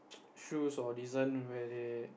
shoes or design where they